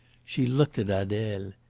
she looked at adele.